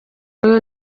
uyu